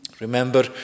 Remember